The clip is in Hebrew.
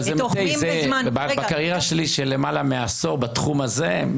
הם תוחמים בזמן --- בקריירה שלי של מעל עשור בתחום הזה,